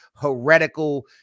heretical